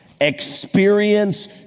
experience